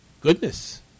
goodness